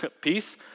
peace